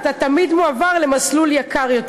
אתה תמיד מועבר למסלול יקר יותר,